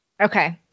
Okay